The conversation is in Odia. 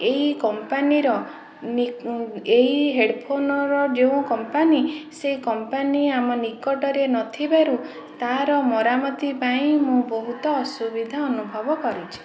ଏହି କମ୍ପାନୀର ଏହି ହେଡଫୋନ୍ର ଯେଉଁ କମ୍ପାନୀ ସେହି କମ୍ପାନୀ ଆମ ନିକଟରେ ନଥିବାରୁ ତା'ର ମରାମତି ପାଇଁ ମୁଁ ବହୁତ ଅସୁବିଧା ଅନୁଭବ କରୁଛି